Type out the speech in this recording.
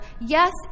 yes